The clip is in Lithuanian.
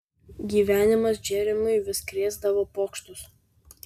gyvenimas džeremiui vis krėsdavo pokštus